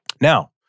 Now